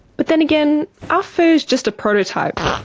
but then again, ah fu is just a prototype.